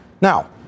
Now